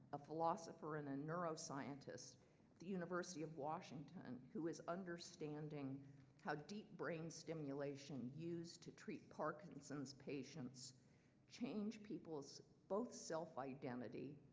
a philosopher and a neuroscientist at the university of washington who is understanding how deep brain stimulation used to treat parkinson's patients change peoples' both self identity,